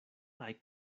hay